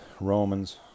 Romans